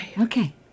Okay